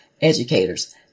educators